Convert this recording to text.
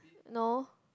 no